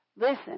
Listen